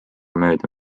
mööda